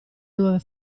nuove